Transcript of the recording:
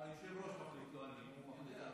לא אני.